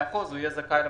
הוא יהיה זכאי למענק.